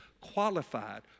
qualified